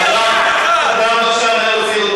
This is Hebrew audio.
תני לנו דוגמה של,